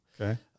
Okay